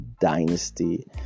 dynasty